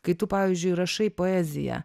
kai tu pavyzdžiui rašai poeziją